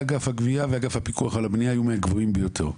אגף הגבייה ואגף הפיקוח על הבנייה היו מהגבוהים ביותר.